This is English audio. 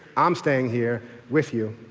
i'm staying here with you.